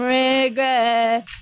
regret